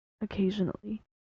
occasionally